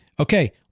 Okay